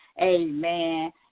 Amen